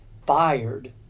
fired